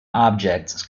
objects